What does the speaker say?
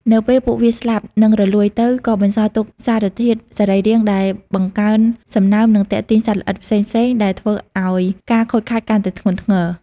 នៅពេលពួកវាស្លាប់ និងរលួយទៅ ក៏បន្សល់ទុកសារធាតុសរីរាង្គដែលបង្កើនសំណើម និងទាក់ទាញសត្វល្អិតផ្សេងៗ ដែលអាចធ្វើឱ្យការខូចខាតកាន់តែធ្ងន់ធ្ងរ។